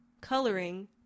coloring